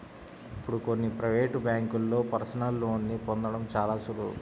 ఇప్పుడు కొన్ని ప్రవేటు బ్యేంకుల్లో పర్సనల్ లోన్ని పొందడం చాలా సులువు